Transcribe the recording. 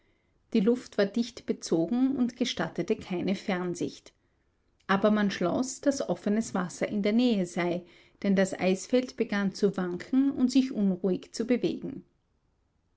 die luft war dicht bezogen und gestattete keine fernsicht aber man schloß daß offenes wasser in der nähe sei denn das eisfeld begann zu wanken und sich unruhig zu bewegen